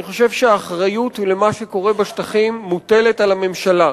אני חושב שהאחריות למה שקורה בשטחים מוטלת על הממשלה,